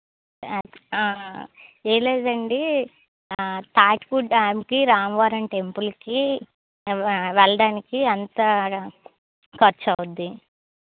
ఏంలేదండి Tatipudi dam కి Ramavaram temple కి వెల్ల వెళ్ళడానికి ఎంత ఖర్చు అవుద్దీ